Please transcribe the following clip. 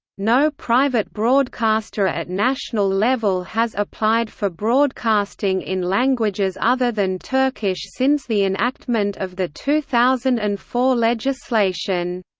no private broadcaster at national level has applied for broadcasting in languages other than turkish since the enactment of the two thousand and four legislation.